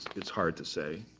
it's hard to say.